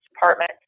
Department